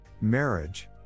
marriage